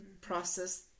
process